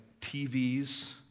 TVs